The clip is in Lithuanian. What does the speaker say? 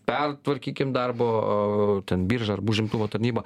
pertvarkykim darbo ten biržą užimtumo tarnybą